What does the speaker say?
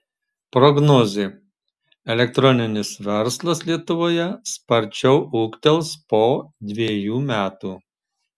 prognozė elektroninis verslas lietuvoje sparčiau ūgtels po dvejų metų